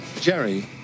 Jerry